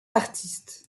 artistes